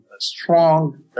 Strong